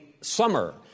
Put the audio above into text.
summer